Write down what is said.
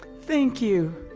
thank you.